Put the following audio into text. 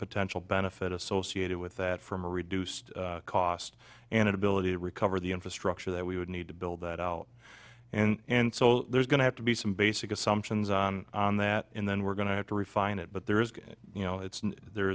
potential benefit associated with that from a reduced cost and ability to recover the infrastructure that we would need to build that out and so there's going to have to be some basic assumptions on that in then we're going to have to refine it but there is you know it's there